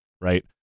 right